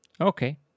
okay